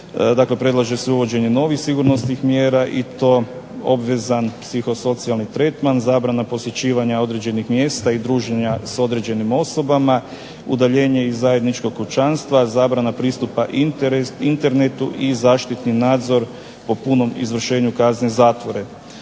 predlaže se uvođenje novih sigurnosnih mjera obvezan psihosocijalni tretman zabrana posjećivanja određenih mjesta i druženja s određenim osobama, udaljenje iz zajedničkog kućanstva zabrana pristupa internetu i zaštitni nadzor po punom izvršenju kazne zatvora.